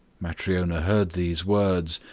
matryona heard these words,